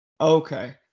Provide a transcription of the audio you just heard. Okay